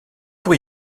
pour